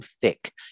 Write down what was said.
thick